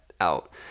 out